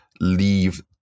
leave